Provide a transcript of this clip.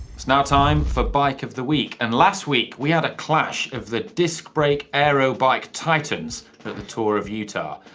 it's now time for bike of the week and last week, we had a clash of the disc break era bike titans at the tour of utah.